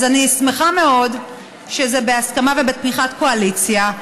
אז אני שמחה מאוד שזה בהסכמה ובתמיכת קואליציה,